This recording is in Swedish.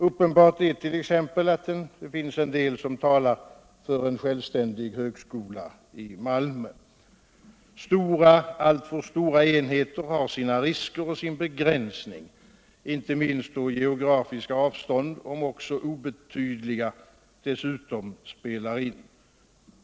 Uppenbart är t.ex. att det finns en del som talar för en självständig högskola i Malmö. Alltför stora enheter har sina risker och sin begränsning, inte minst då geografiska avstånd, om också obetydliga. dessutom spelar in.